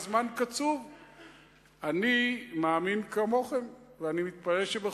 מכיוון שאנחנו בכל